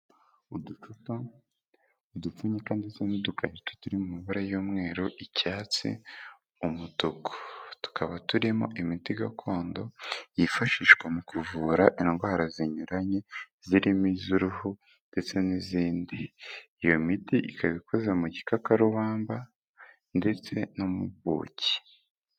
Uducupa, udupfunyika ndetse n'udukarito turi mu mabara y'umweru, icyatsi, umutuku, tukaba turimo imiti gakondo yifashishwa mu kuvura indwara zinyuranye, zirimo iz'uruhu ndetse n'izindi. Iyo miti ikaba ikoze mu gikakarubamba ndetse no mu buki.